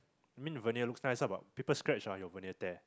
I mean vinyl looks nice ah but people scratch your vinyl tear